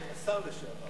השר לשעבר.